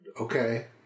okay